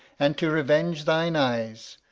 and to revenge thine eyes.